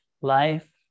life